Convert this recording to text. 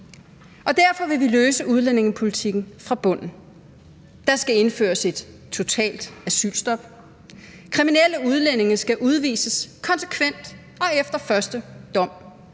spørgsmålet om udlændingepolitikken fra bunden. Der skal indføres et totalt asylstop, kriminelle udlændinge skal udvises konsekvent og efter første dom,